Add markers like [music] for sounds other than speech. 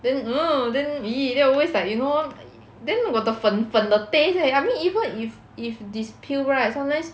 then [noise] then !ee! then always like you know [noise] then got the 粉粉的 taste eh I mean even if if is pill right sometimes